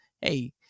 Hey